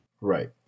Right